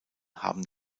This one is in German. haben